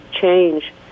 change